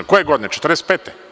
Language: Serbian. Koje godine – 1945?